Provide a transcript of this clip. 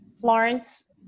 Florence